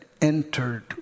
entered